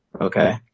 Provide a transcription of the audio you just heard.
Okay